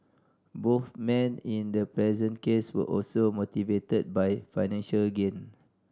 both men in the present case were also motivated by financial gain